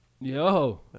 yo